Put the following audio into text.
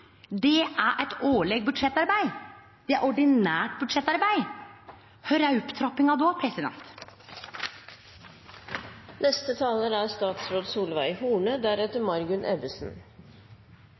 Det er eit årleg budsjettarbeid. Det er ordinært budsjettarbeid. Kor er opptrappinga då?